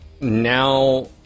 now